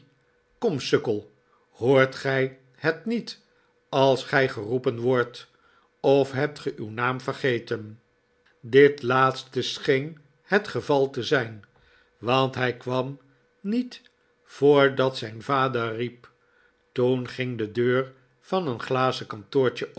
kom sukkel hoort gij het niet als gij geroepen wordt of hebt ge uw naam vergeten dit laatste scheen het geval te zijn want hij kwam niet voordat zijn vader riep toen ging de deur van een glazen kantoortje